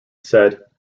said